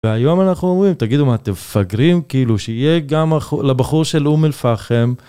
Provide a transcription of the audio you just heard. והיום אנחנו אומרים, תגידו מה אתם מפגרים, כאילו שיהיה גם לבחור של אום-אל-פאחם.